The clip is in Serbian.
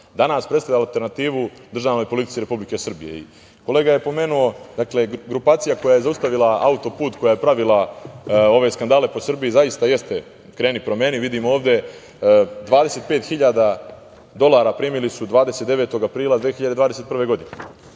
danas predstavlja alternativu državnoj politici Republike Srbije. Kolega je pomenuo grupaciju koja je zaustavila autoput, koja je pravila ove skandale po Srbiji, zaista jeste „Kreni – promeni“. Vidimo ovde 25.000 dolara su primili 29. aprila 2021. godine